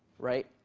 right?